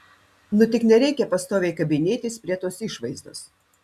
nu tik nereikia pastoviai kabinėtis prie tos išvaizdos